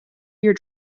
your